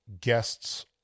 guests